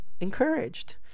encouraged